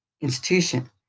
institution